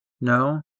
no